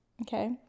okay